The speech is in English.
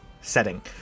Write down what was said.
setting